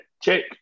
check